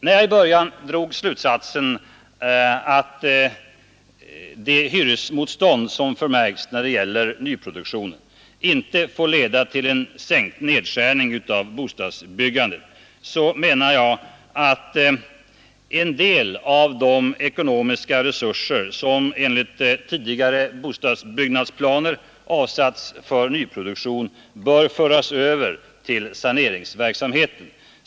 När jag i början drog slutsatsen av det hyresmotstånd som förmärkts när det gäller nyproduktionen att det inte får leda till en ned ärning av bostadsbyggandet, menar jag att en del av de ekonomiska resurser som enligt tidigare bostadsbyggnadsplaner avsatts för nyproduktion bör föras över till saneringsverksamhet.